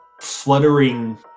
fluttering